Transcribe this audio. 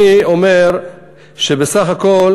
אני אומר שבסך הכול,